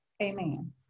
Amen